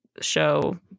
show